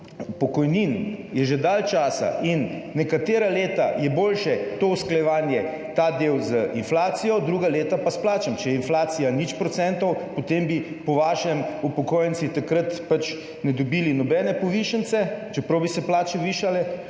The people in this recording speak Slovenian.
pokojnin, je že dalj časa in nekatera leta je boljše to usklajevanje, ta del, z inflacijo, druga leta pa s plačami, če je inflacija 0 %, potem bi po vašem upokojenci takrat ne dobili nobene povišice, čeprav bi se plače višale,